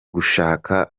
gushaka